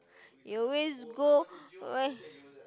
you always go